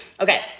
Okay